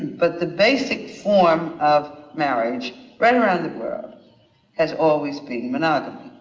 but the basic form of marriage right around the world has always been monogamy.